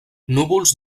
núvols